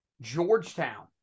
Georgetown